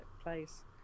Place